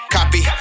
Copy